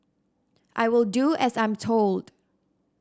I will do as I'm told